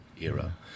Era